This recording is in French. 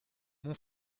mon